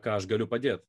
ką aš galiu padėt